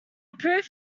proof